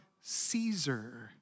Caesar